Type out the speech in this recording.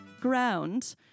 ground